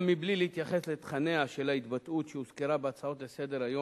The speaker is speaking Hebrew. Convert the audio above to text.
גם מבלי להתייחס לתכניה של ההתבטאות שהוזכרה בהצעות לסדר-היום,